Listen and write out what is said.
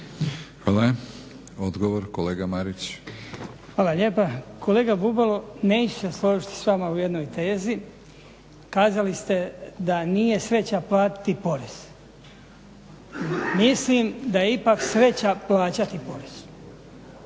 Hvala. Odgovor kolega Marić. **Marić, Goran (HDZ)** Hvala lijepa. Kolega Bubalo, neću se složiti s vama u jednoj tezi. Kazali ste da nije sreća platiti porez. Mislim da je ipak sreća plaćati porez.